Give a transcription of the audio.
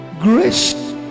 grace